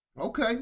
Okay